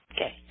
Okay